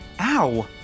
Ow